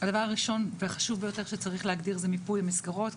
הדבר הראשון והחשוב ביותר שצריך להגדיר זה מיפוי מסגרות,